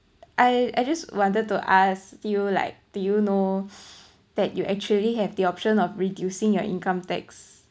I I just wanted to ask you like do you know that you actually have the option of reducing your income tax